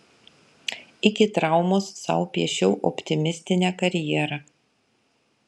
iki traumos sau piešiau optimistinę karjerą